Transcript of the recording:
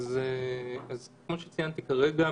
כמו שציינתי כרגע,